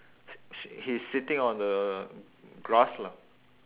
h~ sh~ he's sitting on the grass lah